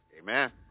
Amen